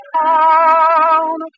town